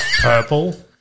Purple